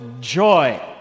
joy